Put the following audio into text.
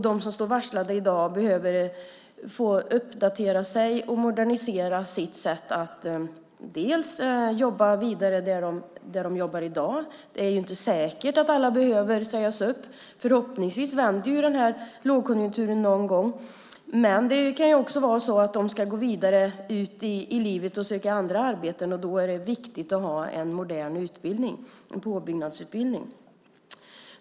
De som är varslade i dag behöver få uppdatera sig och modernisera sitt sätt att jobba vidare där de jobbar i dag. Det är ju inte säkert att alla behöver sägas upp. Förhoppningsvis vänder lågkonjunkturen någon gång. Men det kan också vara så att de ska gå vidare ut i livet och söka andra arbeten, och då är det viktigt att ha en modern utbildning, en påbyggnadsutbildning.